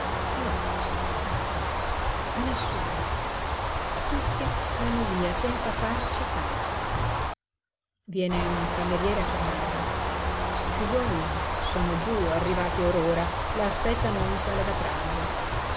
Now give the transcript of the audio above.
no ecco a nessuno tutti vanno via senza farci caso viene un cameriere a chiamarla i figliuoli sono giú arrivati or ora la aspettano in sala da pranzo